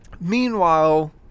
Meanwhile